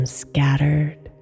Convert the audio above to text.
scattered